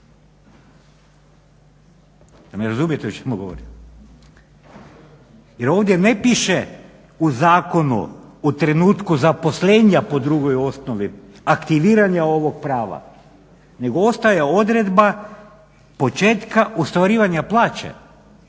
me razumijete o čemu govorim? Jer ovdje ne piše u zakonu u trenutku zaposlenja po drugoj osnovi aktiviranja ovog prava, nego ostaje odredba početka ostvarivanja plaće,